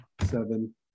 seven